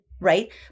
right